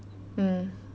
mm